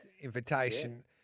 invitation